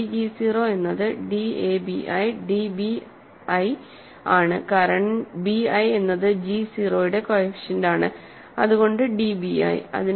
dg 0 എന്നത് dabi dbi ആണ് കാരണം bi എന്നത് g 0 യുടെ കോഎഫിഷ്യന്റ് ആണ് അതുകൊണ്ടു db i